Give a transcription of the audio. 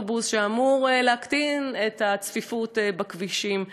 שאמור להקטין את הצפיפות בכבישים,